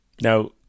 Now